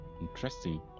interesting